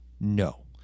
No